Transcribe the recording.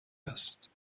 است